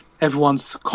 Everyone's